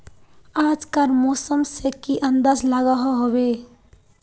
आज कार मौसम से की अंदाज लागोहो होबे?